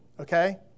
Okay